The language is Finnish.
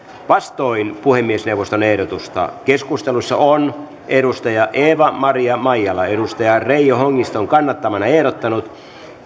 vastoin puhemiesneuvoston ehdotusta keskustelussa on eeva maria maijala reijo hongiston kannattamana ehdottanut